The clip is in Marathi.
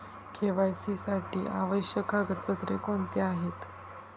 के.वाय.सी साठी आवश्यक कागदपत्रे कोणती आहेत?